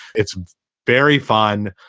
it's very fun.